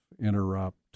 interrupt